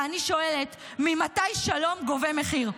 ואני שואלת: ממתי שלום גובה מחיר?